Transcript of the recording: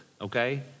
okay